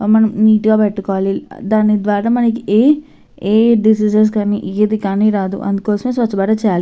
మనం నీట్గా పెట్టుకోవాలి దాని ద్వారా మనకి ఏ ఏ డిసీసెస్ కానీ ఏది కానీ రాదు అందుకోసమే స్వచ్ఛభారత్ చేయాలి